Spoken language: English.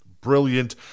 Brilliant